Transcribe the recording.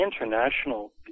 international